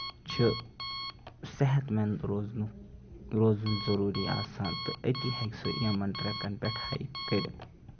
چھُ صحت منٛز روزنُک روزُن ضروٗری آسان تہٕ أتی ہیٚکہِ سُہ یِمَن ٹریٚکَن پٮ۪ٹھ ہایِکۍ کٔرِتھ